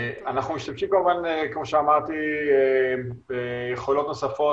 אנחנו משתמשים כמובן כפי שאמרתי ביכולות נוספות